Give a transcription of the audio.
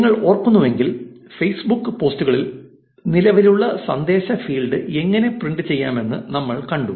നിങ്ങൾ ഓർക്കുന്നുവെങ്കിൽ ഫേസ്ബുക്ക് പോസ്റ്റുകളിൽ നിലവിലുള്ള സന്ദേശ ഫീൽഡ് എങ്ങനെ പ്രിന്റ് ചെയ്യാമെന്ന് നമ്മൾ കണ്ടു